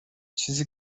چیزی